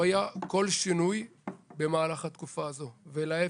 לא היה כול שינוי במהלך התקופה הזאת ולהיפך,